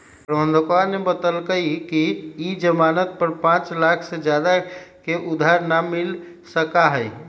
प्रबंधकवा ने बतल कई कि ई ज़ामानत पर पाँच लाख से ज्यादा के उधार ना मिल सका हई